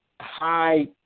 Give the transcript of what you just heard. high